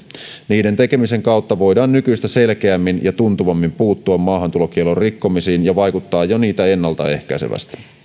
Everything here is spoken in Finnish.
niiden tekemisen kautta voidaan nykyistä selkeämmin ja tuntuvammin puuttua maahantulokiellon rikkomisiin ja vaikuttaa jo niitä ennaltaehkäisevästi